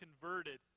converted